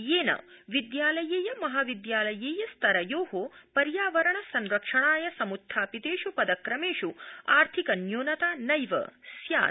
येन विद्यालयीय महाविद्यालयीय स्तरयो पर्यावरण संरक्षणाय समुत्थापितेष् पदक्रमेष् आर्थिक न्यूनता नैव स्यात्